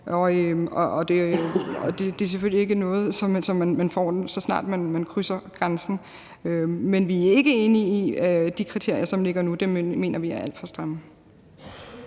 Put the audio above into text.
og det er selvfølgelig ikke noget, som man får, så snart man krydser grænsen. Men vi er ikke enige i de kriterier, som ligger nu. De kriterier mener vi er alt for stramme.